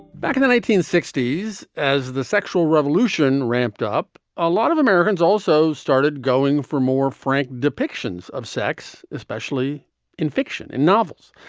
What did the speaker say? back in the nineteen sixty s as the sexual revolution ramped up a lot of americans also started going for more frank depictions of sex, especially in fiction and novels.